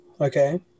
okay